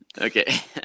okay